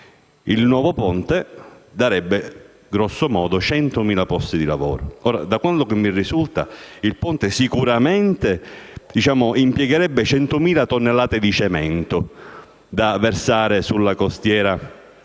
il nuovo ponte creerebbe circa 100.00 posti di lavoro. Da quanto mi risulta, il ponte sicuramente impiegherebbe 100.000 tonnellate di cemento da versare sulla costiera